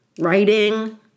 writing